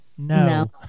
No